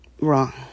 wrong